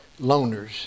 loners